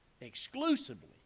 Exclusively